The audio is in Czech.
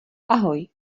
ahoj